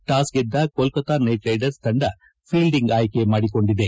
toss ಗೆದ್ದ Kolkata Knight Riders ತಂಡ fielding ಆಯ್ಕೆ ಮಾಡಿಕೊಂಡಿದೆ